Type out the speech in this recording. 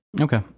Okay